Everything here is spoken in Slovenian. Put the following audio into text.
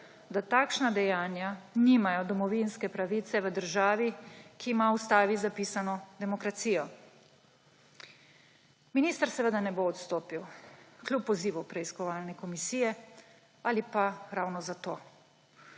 da takšna dejanja nimajo domovinske pravice v državi, ki ima v Ustavi napisano demokracijo. Minister seveda ne bo odstopil kljub pozivu preiskovalne komisije ali pa ravno zato.